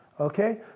Okay